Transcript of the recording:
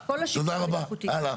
לתוך כל השיקולים הבטיחותיים.